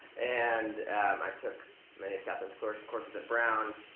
and um i took many of catherine's courses courses at brown.